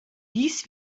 dies